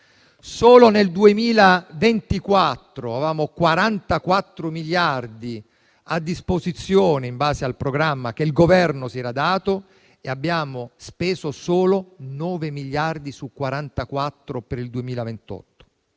Solo nel 2024 avevamo 44 miliardi a disposizione, in base al programma che il Governo si era dato, e ne abbiamo spesi solo 9 su 44 per il 2028.